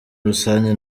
rusange